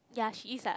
ya she is ah